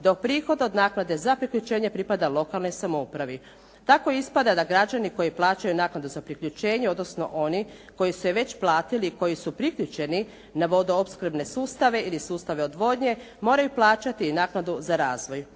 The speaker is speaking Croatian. dok prihod od naknade za priključenje pripada lokalnoj samoupravi. Tako ispada da građani koji plaćaju naknadu za priključenje, odnosno oni koji su je već platili i koji su priključeni na vodoopskrbne sustave ili sustave odvodnje moraju plaćati i naknadu za razvoj.